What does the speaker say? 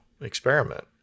experiment